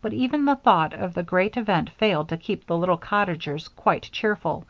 but even the thought of the great event failed to keep the little cottagers quite cheerful,